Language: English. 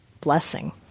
blessing